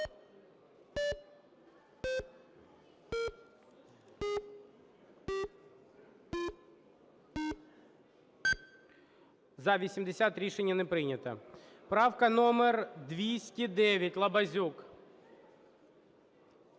За-80 Рішення не прийнято. Правка номер 209, Лабазюк.